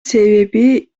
себеби